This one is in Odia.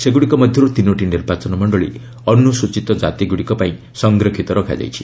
ସେଗୁଡ଼ିକ ମଧ୍ୟରୁ ତିନୋଟି ନିର୍ବାଚନ ମଣ୍ଡଳୀ ଅନୁସୂଚିତ କାତିଗୁଡ଼ିକ ପାଇଁ ସଂରକ୍ଷିତ ରହିଛି